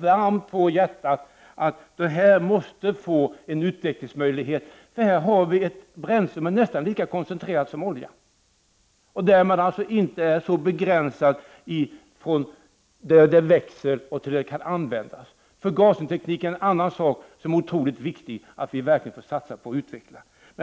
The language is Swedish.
varmt om hjärtat att vi här måste få en utvecklingsmöjlighet. Vi har här ett bränsle som är nästan lika koncentrerat som olja och vars användning därmed inte är så begränsad till växtplatsen. Något som det också är utomordentligt viktigt att vi får satsa på och utveckla är förgasningstekniken.